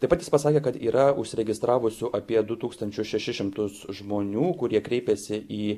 taip pat jis pasakė kad yra užsiregistravusių apie du tūkstančius šešis šimtus žmonių kurie kreipėsi į